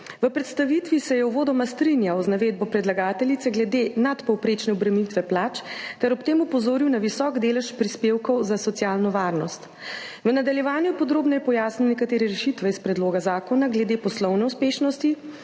V predstavitvi se je uvodoma strinjal z navedbo predlagateljice glede nadpovprečne obremenitve plač ter ob tem opozoril na visok delež prispevkov za socialno varnost. V nadaljevanju podrobneje pojasnil nekatere rešitve iz predloga zakona glede poslovne uspešnosti,